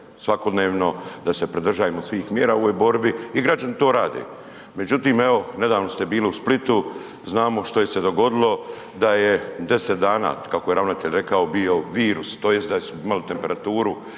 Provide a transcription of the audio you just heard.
svakodnevno da se pridržajemo svih mjera u ovoj borbi i građani to rade. Međutim, evo, nedavno ste bili u Splitu, znamo što je se dogodilo, da je 10 dana, kako je ravnatelj rekao bio virus, tj. da su imali temperaturu